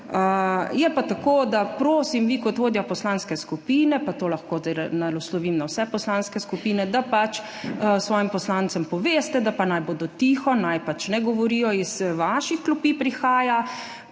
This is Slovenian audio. Je pa tako, da prosim, da vi kot vodja poslanske skupine, pa to lahko naslovim na vse poslanske skupine, svojim poslancem poveste, da pa naj bodo tiho, naj ne govorijo. Iz vaših klopi prihaja